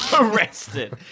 Arrested